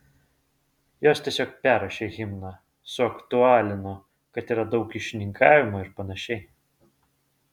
jos tiesiog perrašė himną suaktualino kad yra daug kyšininkavimo ir panašiai